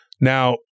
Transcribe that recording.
Now